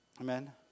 Amen